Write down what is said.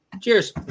Cheers